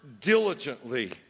diligently